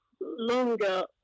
longer